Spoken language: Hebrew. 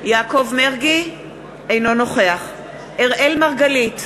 אינו נוכח אראל מרגלית,